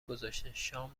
گذاشته، شام